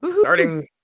starting